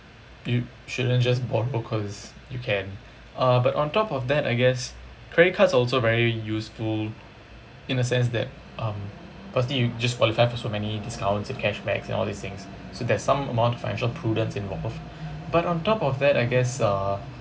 you shouldn't just borrow cause you can uh but on top of that I guess credit cards also very useful in a sense that um firstly you just qualify for so many discounts and cashbacks and all these things so there's some amount of financial prudence involved but on top of that I guess uh